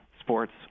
sports